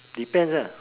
depends lah